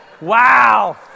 Wow